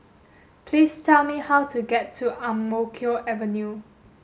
please tell me how to get to Ang Mo Kio Avenue